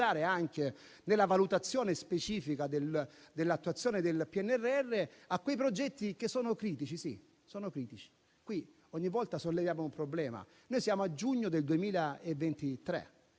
nella valutazione specifica dell'attuazione del PNRR, anche quei progetti che sono critici. Sì, critici. Ogni volta solleviamo un problema: siamo a giugno del 2023